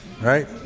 right